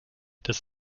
das